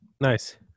Nice